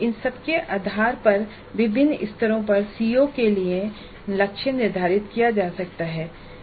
इन सबके आधार पर विभिन्न स्तरों पर सीओ के लिए लक्ष्य निर्धारित किया जा सकता है